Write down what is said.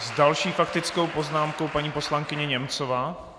S další faktickou poznámkou paní poslankyně Němcová.